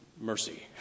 mercy